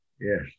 yes